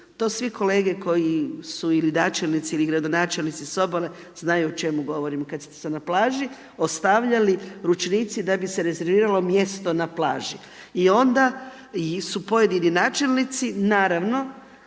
To svi kolege koji su ili načelnici ili gradonačelnici s obale znaju o čemu govorim, kad su se na plaži ostavljali ručnici da bi se rezerviralo mjesto na plaži i onda su pojedini načelnici naravno